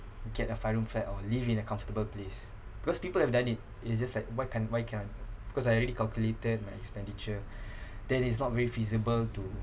get a five room flat or live in a comfortable place cause people have done it it's just like why can't why can't because I already calculated my expenditure that is not very feasible to